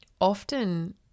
often